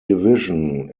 division